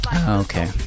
Okay